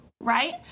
right